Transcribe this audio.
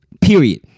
period